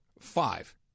five